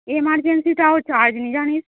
এমারজেন্সিটাও charge নেই জানিস